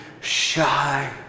shy